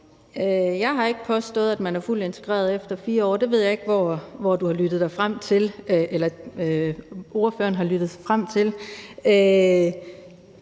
Jeg har ikke påstået, at man er fuldt integreret efter 4 år. Jeg ved ikke, hvor ordføreren har lyttet sig frem til